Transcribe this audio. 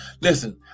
Listen